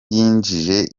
yinjije